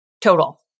total